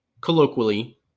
colloquially